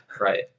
Right